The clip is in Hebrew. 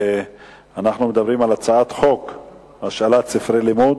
אנחנו מדברים על הצעת חוק השאלת ספרי לימוד,